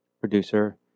producer